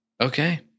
Okay